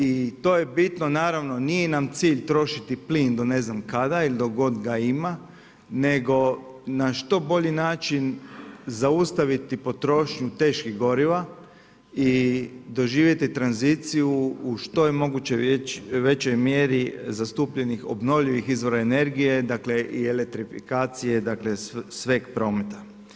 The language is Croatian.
I to je bitno, naravno, nije nam cilj trošiti plin, do ne znam kada ili do god ga ima, nego na što bolji način, zaustaviti potrošnju teških goriva i doživjeti tranziciju u što je moguće veći mjeri zastupljenih obnovljivih izvora energije, dakle i elektrifikacije dakle, sveg prometa.